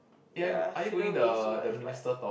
ya shouldn't waste so much mud